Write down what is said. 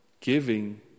giving